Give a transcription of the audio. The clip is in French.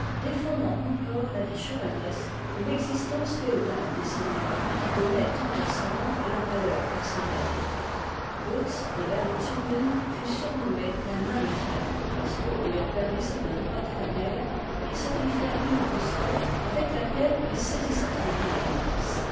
défendant encore la vie chevaleresque et l'existence féodale des seigneurs qui donnaient tant d'ascendant à leur valeur personnelle goetz de berlichingen fut surnommé la n de fer parce que ayant perdu sa main droite à la guerre il s'en fit faire une à ressort avec laquelle il saisissait très-bien la lance